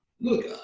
look